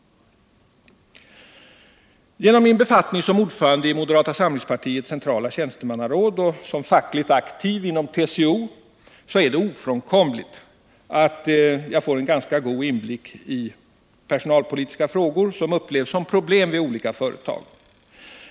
Genom min befattning som ordförande i partiets centrala tjänstemannaråd och som fackligt aktiv inom TCO är det ofrånkomligt att jag får en ganska god inblick i de personalpolitiska frågor som upplevs som problem vid olika företag.